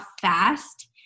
fast